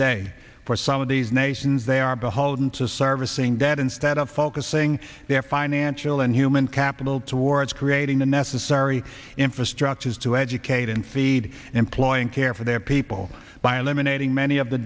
day for some of these nations they are beholden to servicing debt instead of focusing their financial and human capital towards creating the necessary infrastructure is to educate and feed employing care for their people